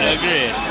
agreed